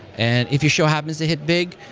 and if your show happens to hit big,